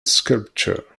sculpture